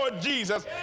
Jesus